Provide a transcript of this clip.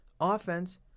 Offense